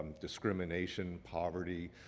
discrimination, poverty,